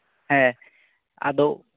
ᱦᱮᱸ ᱟᱫᱚ